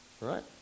right